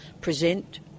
present